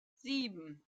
sieben